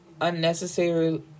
unnecessary